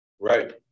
Right